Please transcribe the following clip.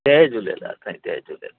जय झूलेलाल साईं जय झूले